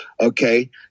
okay